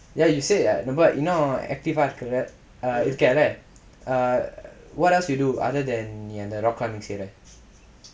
ya you said நம்ப இன்னும்:namba innum active இருக்குற இருக்கெல்ல:irukkura irukkella err what else you do other than நீ அந்த:nee antha rock climbing செய்ற:seira